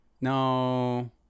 no